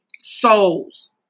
souls